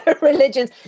religions